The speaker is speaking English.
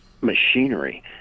machinery